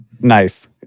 Nice